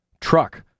truck